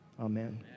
Amen